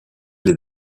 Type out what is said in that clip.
les